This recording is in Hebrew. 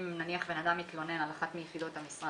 אם נניח בן אדם מתלונן על אחת מיחידות המשרד,